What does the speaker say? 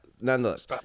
nonetheless